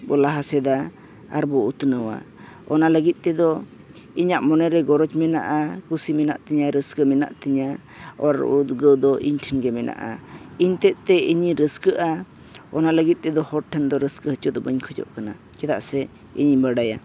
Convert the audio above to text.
ᱵᱚ ᱞᱟᱦᱟ ᱥᱮᱫᱟ ᱟᱨ ᱵᱚ ᱩᱛᱱᱟᱹᱣᱟ ᱚᱱᱟ ᱞᱟᱹᱜᱤᱫ ᱛᱮᱫᱚ ᱤᱧᱟᱹᱜ ᱢᱚᱱᱮ ᱨᱮ ᱜᱚᱨᱚᱡᱽ ᱢᱮᱱᱟᱜᱼᱟ ᱠᱩᱥᱤ ᱢᱮᱱᱟᱜ ᱛᱤᱧᱟᱹ ᱨᱟᱹᱥᱠᱟᱹ ᱢᱮᱱᱟᱜ ᱛᱤᱧᱟᱹ ᱟᱨ ᱩᱫᱽᱜᱟᱹᱣ ᱫᱚ ᱤᱧ ᱴᱷᱮᱱ ᱜᱮ ᱢᱮᱱᱟᱜᱼᱟ ᱤᱧ ᱛᱮᱫ ᱛᱮ ᱤᱧᱤᱧ ᱨᱟᱹᱥᱠᱟᱹᱜᱼᱟ ᱚᱱᱟ ᱞᱟᱹᱜᱤᱫ ᱛᱮᱫᱚ ᱦᱚᱲ ᱴᱷᱮᱱ ᱫᱚ ᱨᱟᱹᱥᱠᱟᱹ ᱦᱚᱪᱚᱜ ᱫᱚ ᱵᱟᱹᱧ ᱠᱷᱚᱡᱚᱜ ᱠᱟᱱᱟ ᱪᱮᱫᱟᱜ ᱥᱮ ᱤᱧ ᱵᱟᱰᱟᱭᱟ